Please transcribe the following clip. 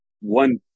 one